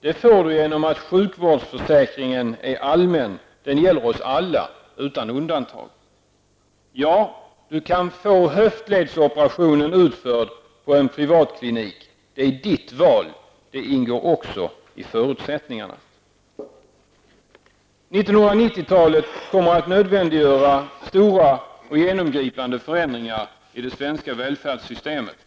Det får du genom att sjukvårdsförsäkringen är allmän -- den gäller oss alla, utan undantag. -- Ja, du kan få höftledsoperationen utförd på en privatklinik. Det är ditt val. Det ingår också i förutsättningarna. 1990-talet kommer att nödvändiggöra stora och genomgripande förändringar i det svenska välfärdssystemet.